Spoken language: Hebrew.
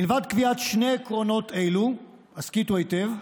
מלבד קביעת שני עקרונות אלו, הסכיתו היטב,